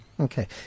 Okay